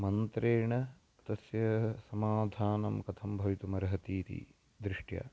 मन्त्रेण तस्य समाधानं कथं भवितुमर्हति इति दृष्ट्या